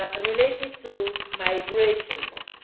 ah related to migration.